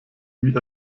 wie